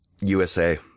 USA